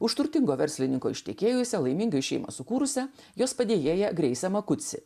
už turtingo verslininko ištekėjusi laimingai šeimą sukūrusi jos padėjėja greisė makuci